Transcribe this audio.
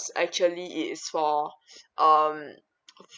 actually is saw um